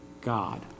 God